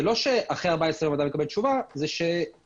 זה לא שאחרי 14 ימים אתה מקבל תשובה אלא שגם